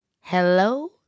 Hello